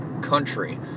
country